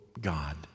God